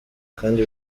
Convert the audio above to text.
kandi